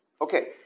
Okay